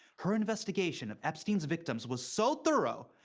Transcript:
her investigation of epstein's victims was so thorough,